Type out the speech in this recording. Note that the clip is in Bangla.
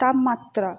তাপমাত্রা